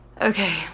Okay